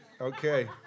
Okay